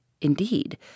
Indeed